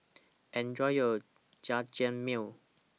Enjoy your Jajangmyeon